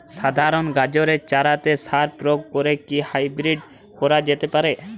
সাধারণ গাজরের চারাতে সার প্রয়োগ করে কি হাইব্রীড করা যেতে পারে?